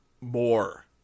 more